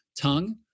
tongue